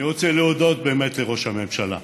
אני רוצה להודות באמת לראש הממשלה,